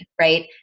right